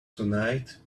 tonight